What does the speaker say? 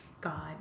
God